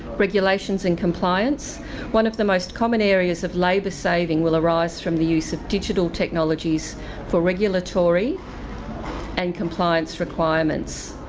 regulations and compliance one of the most common areas of labour saving will arise from the use of digital technologies for regulatory and compliance requirements.